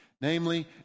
Namely